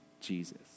Jesus